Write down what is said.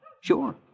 sure